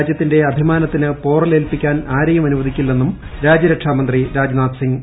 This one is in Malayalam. ദേശസുരക്ഷയിൽ രാജ്യത്തിന്റെ അഭിമാനത്തിന് പോറലേൽപ്പിക്കാൻ ആരെയും അനുവദിക്കില്ലെന്നും രാജ്യരക്ഷാ മന്ത്രി രാജ്നാഥ് സിംഗ്